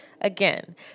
Again